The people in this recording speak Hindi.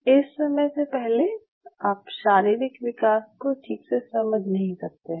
इस समय से पहले आप शारीरिक विकास को ठीक से समझ नहीं सकते हैं